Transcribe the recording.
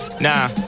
Nah